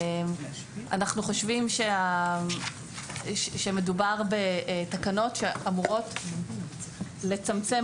אנחנו חושבים שמדובר בתקנות שאמורות לצמצם